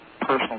personal